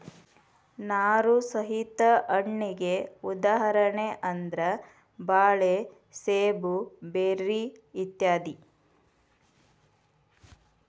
ನಾರು ಸಹಿತ ಹಣ್ಣಿಗೆ ಉದಾಹರಣೆ ಅಂದ್ರ ಬಾಳೆ ಸೇಬು ಬೆರ್ರಿ ಇತ್ಯಾದಿ